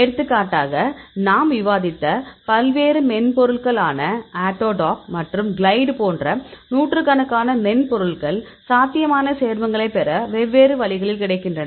எடுத்துக்காட்டாக நாம் விவாதித்த பல்வேறு மென்பொருள்கள் ஆன ஆட்டோடாக் மற்றும் கிளைட் போன்ற நூற்றுக்கணக்கான மென்பொருள்கள் சாத்தியமான சேர்மங்களைப் பெற வெவ்வேறு வழிகளில் கிடைக்கின்றன